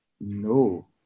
No